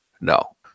No